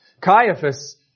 Caiaphas